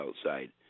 outside